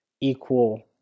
equal